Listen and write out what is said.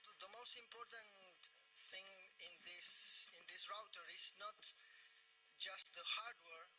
the most important thing in this in this router is not just the hardware,